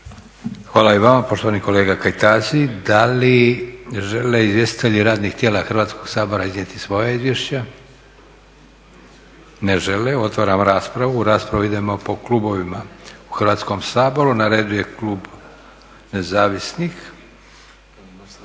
Hvala i vama poštovani kolega Kajtazi. Da li žele izvjestitelji radnih tijela Hrvatskog sabora iznijeti svoje izvješće? Ne žele. Otvaram raspravu. U raspravu idemo po klubovima u Hrvatskom saboru. Na redu je klub Nezavisnih.